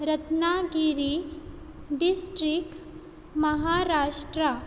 Ratnagiri district Maharashtra